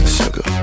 sugar